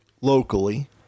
locally